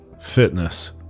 fitness